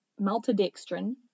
maltodextrin